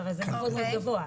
זה אחוז גבוה,